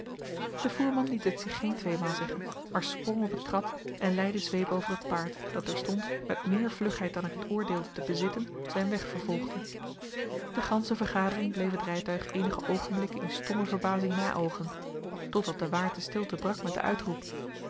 de voerman liet het zich geen tweemaal zeggen maar sprong op het krat en lei de zweep over het paard dat terstond met meer vlugheid dan ik het oordeelde te bezitten zijn weg vervolgde de gansche vergadering bleef het rijtuig eenige oogenblikken in stomme verbazing naöogen totdat de waard de stilte brak met den uitroep